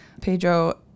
Pedro